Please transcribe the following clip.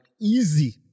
easy